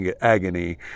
agony